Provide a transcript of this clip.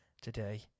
today